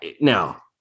now